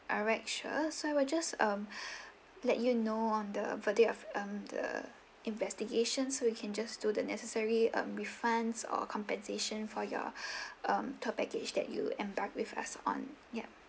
alright sure so I will just um let you know on the verdict of um the investigations so we can just do the necessary um refunds or compensation for your um tour package that you embark with us on yup